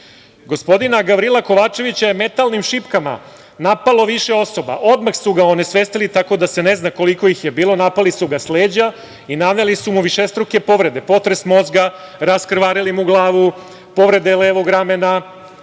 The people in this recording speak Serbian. Zemun. Gospodina Gavrila Kovačevića je metalnim šipkama napalo više osoba. Odmah su ga onesvestili tako da se ne zna koliko ih je bilo, napali su ga sa leđa i naneli su mu višestruke povrede, potres mozga, raskrvarili mu glavu, povrede levog ramena,